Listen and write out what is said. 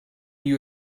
you